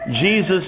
Jesus